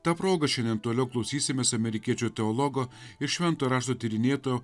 ta proga šiandien toliau klausysimės amerikiečių teologo ir šventojo rašto tyrinėtojo